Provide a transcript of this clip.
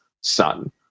son